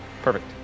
perfect